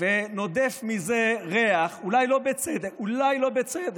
ונודף מזה ריח, אולי לא בצדק, אולי לא בצדק,